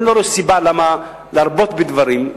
אני לא רואה סיבה למה להרבות בדברים.